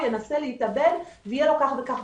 הוא ינסה להתאבד וכדומה.